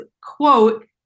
quote